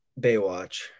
Baywatch